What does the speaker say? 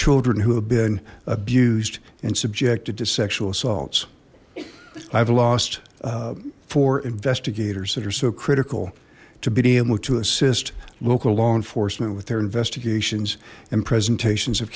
children who have been abused and subjected to sexual assaults i've lost four investigators that are so critical to be able to assist low law enforcement with their investigations and presentations of